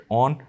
on